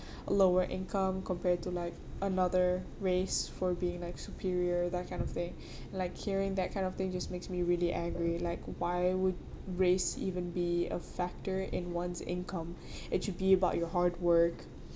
lower income compared to like another race for being like superior that kind of thing like hearing that kind of thing just makes me really angry like why would race even be a factor in one's income it should be about your hard work